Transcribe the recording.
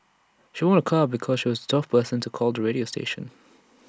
she won A car because she was the twelfth person to call the radio station